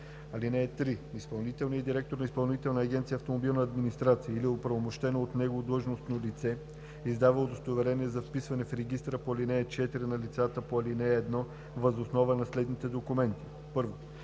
2. (3) Изпълнителният директор на Изпълнителна агенция „Автомобилна администрация“ или от оправомощено от него длъжностно лице издава удостоверение за вписване в регистъра по ал. 4 на лицата по ал. 1 въз основа на следните документи: 1.